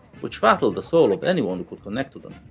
which rattled the soul of anyone who could connect to them.